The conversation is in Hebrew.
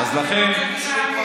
אם כן,